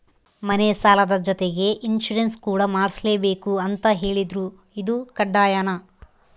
ಮನೆ ಸಾಲದ ಜೊತೆಗೆ ಇನ್ಸುರೆನ್ಸ್ ಕೂಡ ಮಾಡ್ಸಲೇಬೇಕು ಅಂತ ಹೇಳಿದ್ರು ಇದು ಕಡ್ಡಾಯನಾ?